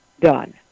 done